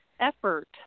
effort